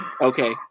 Okay